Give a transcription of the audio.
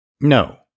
no